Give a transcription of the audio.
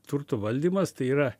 turto valdymas tai yra